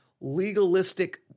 legalistic